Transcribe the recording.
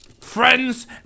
friends